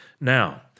Now